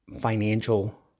financial